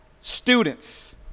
students